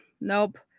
nope